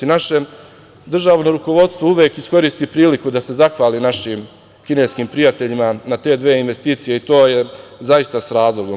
Naše državne rukovodstvo uvek iskoristi priliku da se zahvali našim kineskim prijateljima na te dve investicije i to je zaista sa razlogom.